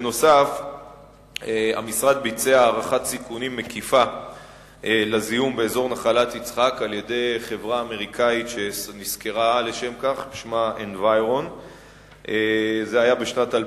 3. חבר הכנסת מיכאלי, שאלת גם